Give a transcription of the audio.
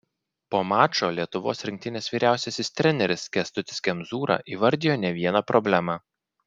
po mačo lietuvos rinktinės vyriausiasis treneris kęstutis kemzūra įvardijo ne vieną problemą